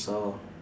so